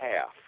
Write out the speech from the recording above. half